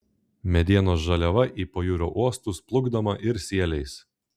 medienos žaliava į pajūrio uostus plukdoma ir sieliais